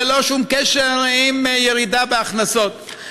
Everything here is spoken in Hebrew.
ללא שום קשר עם ירידה בהכנסות.